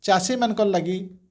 ଚାଷୀ ମାନଙ୍କର୍ ଲାଗି